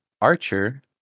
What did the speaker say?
archer